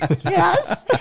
Yes